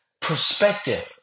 perspective